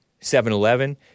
7-Eleven